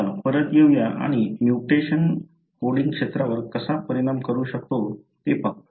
चला परत येऊया आणि म्यूटेशन कोडिंग क्षेत्रावर कसा परिणाम करू शकतो ते पाहू